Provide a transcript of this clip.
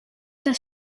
das